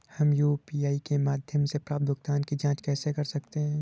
हम यू.पी.आई के माध्यम से प्राप्त भुगतान की जॉंच कैसे कर सकते हैं?